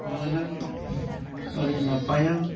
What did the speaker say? ᱢᱟᱹᱱᱟᱱ ᱟᱹᱰᱤ ᱱᱟᱯᱟᱭᱟᱱ